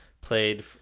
played